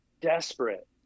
desperate